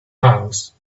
house